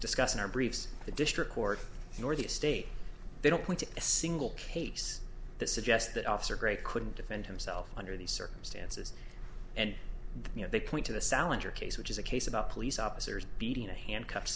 discussed in our briefs the district court nor the state they don't point to a single case that suggests that officer gray couldn't defend himself under these circumstances and you know they point to the salinger case which is a case about police officers beating a handcuffed